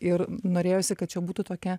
ir norėjosi kad čia būtų tokia